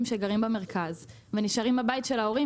שגרים במרכז ונשארים בבית של ההורים,